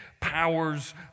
powers